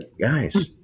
guys